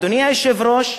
אדוני היושב-ראש,